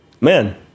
man